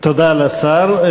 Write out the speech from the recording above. תודה לשר.